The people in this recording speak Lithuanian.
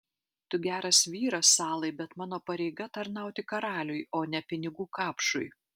tu geras vyras salai bet mano pareiga tarnauti karaliui o ne pinigų kapšui